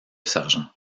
sergent